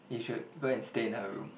you should go and stay in her room